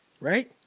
right